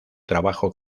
trabajo